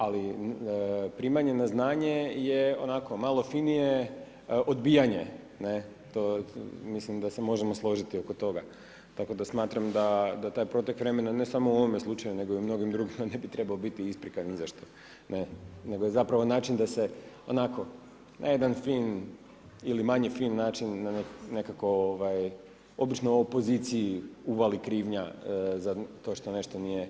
Ali, primanje na znanje, je onako, malo finije odbijanje, ne, to mislim da se možemo složiti oko toga, tako da smatram, da taj protek vremena, ne samo u ovome slučaju, nego i u mnogim drugima ne bi trebao biti isprika ni za što, nego je zapravo način, da se onako, na jedan fin ili manje fin način, nekako ovaj, obično u ovoj poziciji uvali krivnja, za to što nešto nije odrađeno.